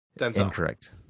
Incorrect